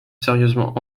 sérieusement